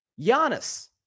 Giannis